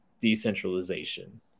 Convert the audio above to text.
decentralization